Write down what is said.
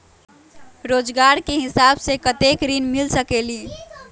रोजगार के हिसाब से कतेक ऋण मिल सकेलि?